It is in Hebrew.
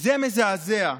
זה מזעזע.